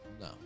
No